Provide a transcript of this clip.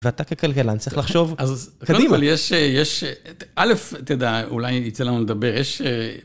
ואתה ככלכלן צריך לחשוב אז קדימה. קודם כל יש, יש, א' אתה יודע, אולי יצא לנו לדבר, יש...